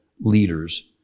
leaders